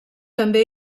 també